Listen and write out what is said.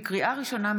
לקריאה ראשונה,